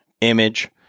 image